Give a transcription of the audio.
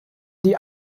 die